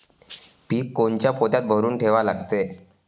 पीक कोनच्या पोत्यात भरून ठेवा लागते?